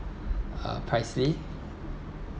uh pricey